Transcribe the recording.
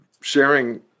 sharing